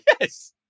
Yes